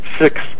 six